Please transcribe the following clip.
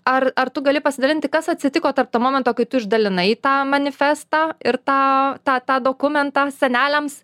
ar ar tu gali pasidalinti kas atsitiko tarp to momento kai tu išdalinai tą manifestą ir tą tą tą dokumentą seneliams